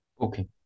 Okay